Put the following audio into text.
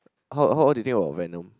how how what do you think about venom